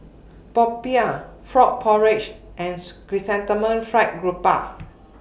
Popiah Frog Porridge and Chrysanthemum Fried Grouper